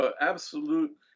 absolute